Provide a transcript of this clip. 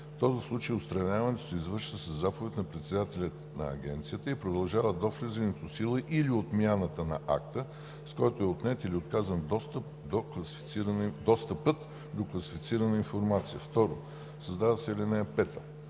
в този случай отстраняването се извършва със заповед на председателя на Агенцията и продължава до влизането в сила или отмяната на акта, с който е отнет или отказан достъпът до класифицирана информация.“ 2. Създава се ал.